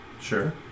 sure